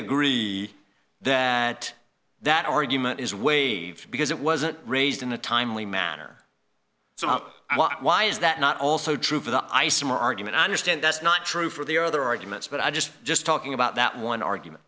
agree that that argument is waived because it wasn't raised in a timely manner so why is that not also true for the isomer argument i understand that's not true for the other arguments but i just just talking about that one argument